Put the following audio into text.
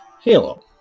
Halo